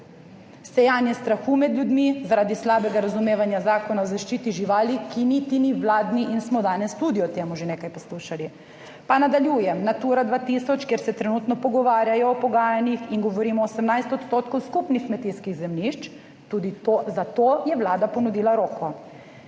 sejanje strahu med ljudmi zaradi slabega razumevanja Zakona o zaščiti živali, ki niti ni vladni in smo danes tudi o tem že nekaj poslušali. Pa nadaljujem. Natura 2000, kjer se trenutno pogovarjajo o pogajanjih in govorimo o 18 % skupnih kmetijskih zemljišč, tudi za to je Vlada ponudila roko.